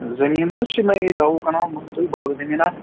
زٔمیٖن حظ چھِ مےٚ یہِ دَہ وُہ کَنال مٲنۍ تُہۍ باغہٕ زٔمیٖناہ